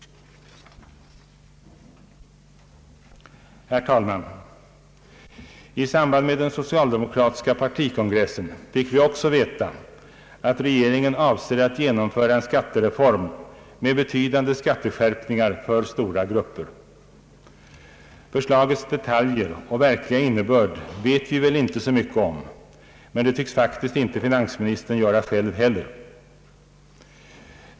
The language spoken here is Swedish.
Herr talman! I samband med den socialdemokratiska partikongressen fick vi också veta att regeringen avser att genomföra en skattereform med betydande skatteskärpningar för stora grupper. Förslagets detaljer och verkliga innebörd vet vi väl inte så mycket om, men det tycks faktiskt inte finansministern göra själv heller.